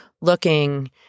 looking